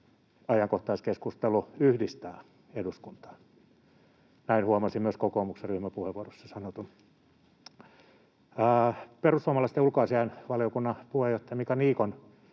ajankohtaiskeskustelu yhdistää eduskuntaa. Näin huomasin myös kokoomuksen ryhmäpuheenvuorossa sanotun. Ulkoasiainvaliokunnan puheenjohtajan,